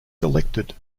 selected